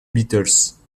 beatles